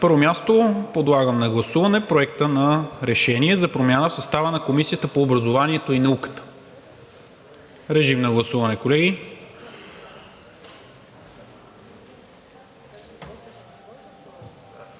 първо място подлагам на гласуване Проект на решение за промяна в състава на Комисията по образованието и науката. Гласували